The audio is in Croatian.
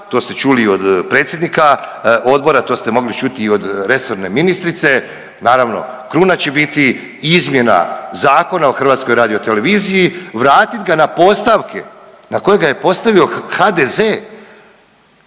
to ste čuli od predsjednika odbora, to ste mogli čuti i od resorne ministrice, naravno kruna će biti izmjena Zakona o HRT-u, vratit ga na postavke na koje ga je postavio HDZ